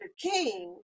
King